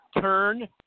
Turn